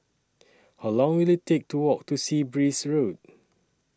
How Long Will IT Take to Walk to Sea Breeze Road